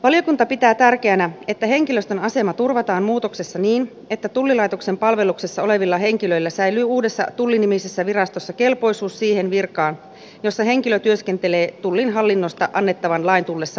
valiokunta pitää tärkeänä että henkilöstön asema turvataan muutoksessa niin että tullilaitoksen palveluksessa olevilla henkilöillä säilyy uudessa tulli nimisessä virastossa kelpoisuus siihen virkaan jossa henkilö työskentelee tullin hallinnosta annettavan lain tullessa voimaan